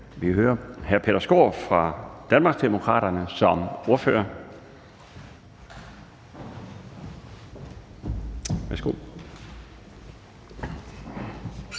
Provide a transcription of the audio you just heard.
vi høre hr. Peter Skaarup fra Danmarksdemokraterne som ordfører. Værsgo.